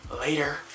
later